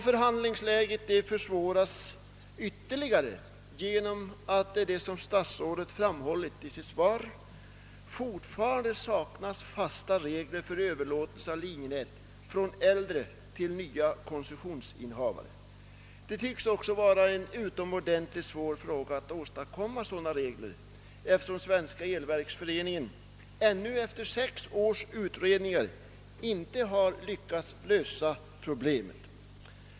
Förhandlingsläget försvåras ytterligare genom att det, såsom statsrådet framhåller i sitt svar, fortfarande saknas fasta regler för överlåtelse av linjenät från äldre till ny koncessionsinnehavare. Det tycks också vara en utomordentligt svår sak att åstadkomma sådana regler, eftersom Svenska elverksföreningen efter sex års utredningar ännu inte lyckats lösa problemet.